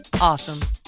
awesome